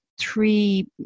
three